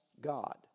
God